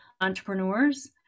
entrepreneurs